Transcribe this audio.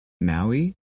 Maui